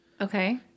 Okay